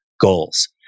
goals